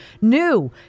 new